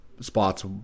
spots